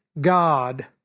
God